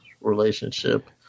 relationship